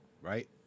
right